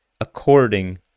according